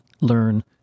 learn